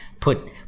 Put